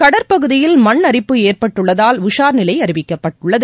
கடற்பகுதியில் மண் அரிப்பு ஏற்பட்டுள்ளதால் உஷார்நிலை அறிவிக்கப்பட்டுள்ளது